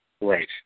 Right